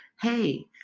hey